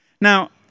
Now